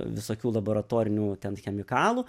visokių laboratorinių ten chemikalų